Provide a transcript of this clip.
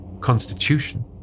constitution